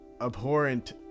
abhorrent